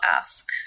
ask